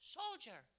soldier